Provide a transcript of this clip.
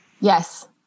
Yes